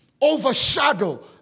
overshadow